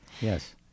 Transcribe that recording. Yes